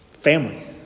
Family